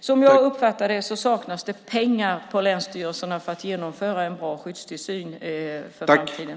Som jag uppfattar det saknas det pengar på länsstyrelserna för att genomföra en bra skyddstillsyn för framtiden.